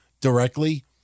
directly